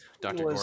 dr